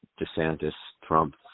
DeSantis-Trump